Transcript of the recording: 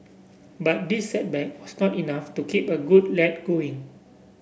but this setback was not enough to keep a good lad going